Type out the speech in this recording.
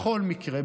בכל מקרה,